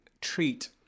treat